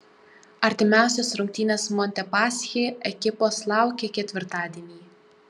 artimiausios rungtynės montepaschi ekipos laukia ketvirtadienį